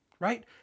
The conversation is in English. Right